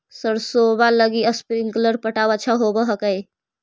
सरसोबा लगी स्प्रिंगर पटाय अच्छा होबै हकैय?